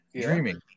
dreaming